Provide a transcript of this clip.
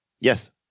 Yes